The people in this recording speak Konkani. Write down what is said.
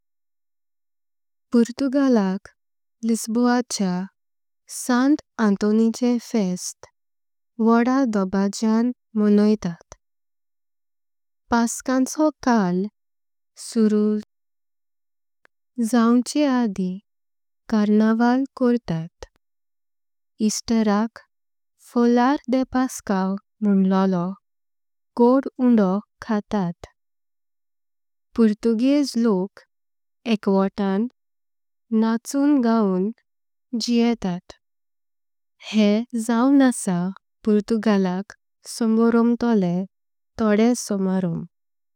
पोर्तुगालाक लिस्बोच्या संत अँतोनीचे फेस्ट मोठा धोबाज्या। मोणोयतत पसकांचो काळ सुरुवात जायाचे आधी कार्नावाल। करतात ईस्टराक फोलार दे पासकोआ म्होंळलो घो। उनो खातात पोतुगीज लोक एकठाण नाचून गाउनां जातात। हे जाऊन आसा पोर्तुगालाक सोरोबांतले तोडे सोरोबांत।